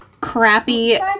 crappy